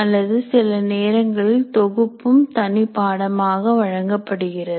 அல்லது சில நேரங்களில் தொகுப்பும் தனி பாடமாக வழங்கப்படுகிறது